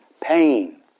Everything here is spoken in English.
pain